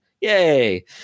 Yay